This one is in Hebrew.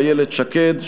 איילת שקד,